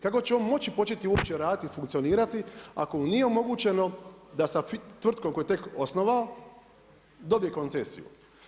Kako će on moći uopće početi raditi i funkcionirati ako mu nije omogućeno da sa tvrtkom koju je tek osnovao dobije koncesiju?